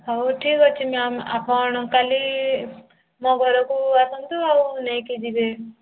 ହଉ ଠିକ୍ ଅଛି ମ୍ୟାମ୍ ଆପଣ କାଲି ମୋ ଘରକୁ ଆସନ୍ତୁ ଆଉ ନେଇକି ଯିବେ